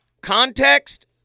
Context